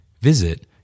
Visit